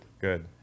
Good